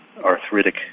arthritic